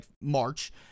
March